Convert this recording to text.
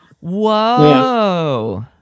Whoa